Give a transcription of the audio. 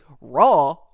Raw